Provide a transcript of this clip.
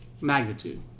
magnitude